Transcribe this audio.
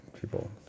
people